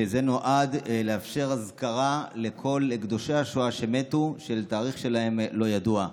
וזה נועד לאפשר אזכרה לכל קדושי השואה שמתו והתאריך שלהם לא ידוע.